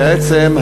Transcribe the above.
בעצם,